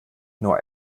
nur